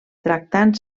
tractant